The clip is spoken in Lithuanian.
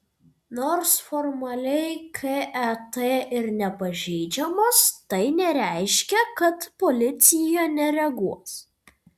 nors formaliai ket ir nepažeidžiamos tai nereiškia kad policija nereaguos